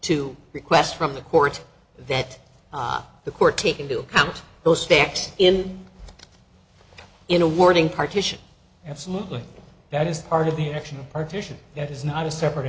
to request from the court that the court take into account those facts in in awarding partition absolutely that is part of the action partition that is not a separate